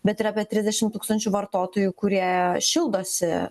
bet ir apie trisdešimt tūkstančių vartotojų kurie šildosi